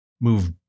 move